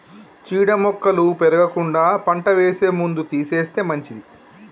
చీడ మొక్కలు పెరగకుండా పంట వేసే ముందు తీసేస్తే మంచిది